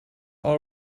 are